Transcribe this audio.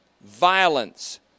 violence